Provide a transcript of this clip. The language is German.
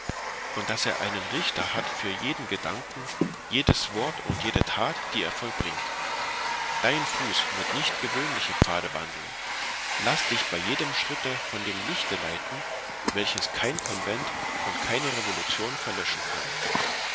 und daß er einen richter hat für jeden gedanken jedes wort und jede that die er vollbringt dein fuß wird nicht gewöhnliche pfade wandeln laß dich bei jedem schritte von dem lichte leiten welches kein convent und keine revolution verlöschen kann